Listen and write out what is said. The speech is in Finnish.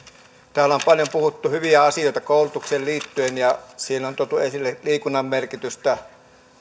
täällä on paljon puhuttu hyviä asioita koulutukseen liittyen ja siinä on tuotu esille liikunnan merkitystä